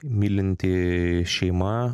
mylinti šeima